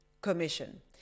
commission